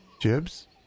Jibs